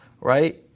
right